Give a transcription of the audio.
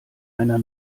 einer